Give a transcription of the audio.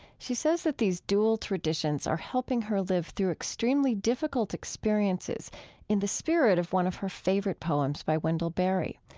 she says that these dual traditions are helping her live through extremely difficult experiences in the spirit of one of her favorite poems by wendell berry.